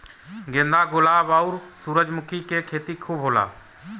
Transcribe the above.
गेंदा गुलाब आउर सूरजमुखी के खेती खूब होला